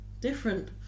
different